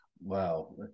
wow